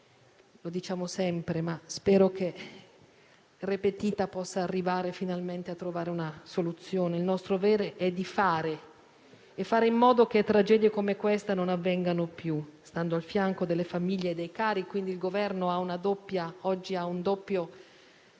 lo ripetiamo sempre, ma spero che, poiché *repetita iuvant*, si possa arrivare finalmente a trovare una soluzione. Il nostro dovere è di fare e fare in modo che tragedie come questa non avvengano più, stando al fianco delle famiglie. Il Governo oggi ha un doppio